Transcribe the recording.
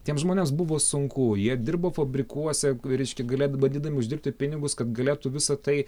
tiems žmonėms buvo sunku jie dirbo fabrikuose reiškia galėti bandydami uždirbti pinigus kad galėtų visa tai